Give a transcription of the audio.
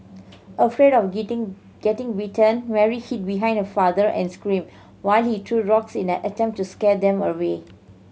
afraid of getting bitten Mary hid behind her father and screamed while he threw rocks in an attempt to scare them away